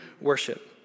worship